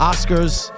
Oscars